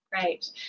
Great